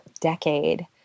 decade